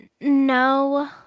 No